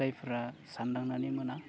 जायफ्रा सानदांनानै मोना